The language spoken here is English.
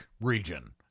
region